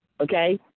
Okay